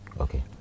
Okay